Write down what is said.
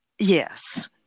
Yes